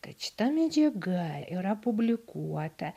kad šita medžiaga yra publikuota